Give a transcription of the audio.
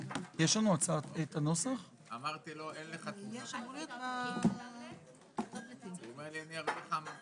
יכינו את הכול ובעוד שנה-שנתיים אולי בתקציב יפתחו עוד חדר אחד.